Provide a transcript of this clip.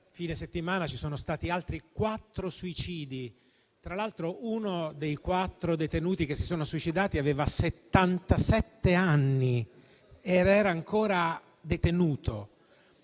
fine settimana ci sono stati altri quattro suicidi; tra l'altro, uno dei quattro detenuti che si è suicidato aveva settantasette anni ed era ancora detenuto.